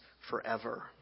forever